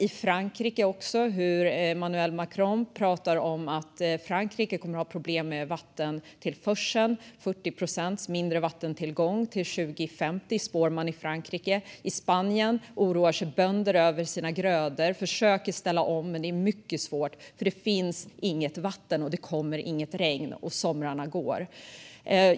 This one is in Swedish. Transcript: I Frankrike pratar Emmanuel Macron om att landet kommer att ha problem med vattentillförseln. Man förutspår 40 procent lägre vattentillgång till 2050. I Spanien oroar sig bönder för sina grödor och försöker ställa om, men det är mycket svårt. Det finns inget vatten, och det kommer inget regn - och somrarna går.